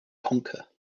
conquer